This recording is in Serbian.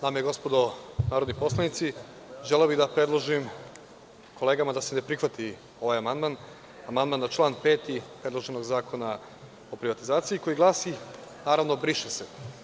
Dame i gospodo narodni poslanici, želeo bih da predložim kolegama da se ne prihvati ovaj amandman, amandman na član 5. predloženog zakona o privatizaciji koji glasi, naravno „briše se“